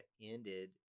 ended